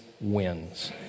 wins